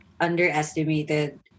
underestimated